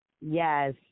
Yes